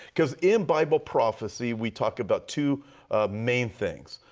because in bible prophecy we talk about two main things,